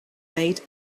made